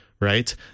Right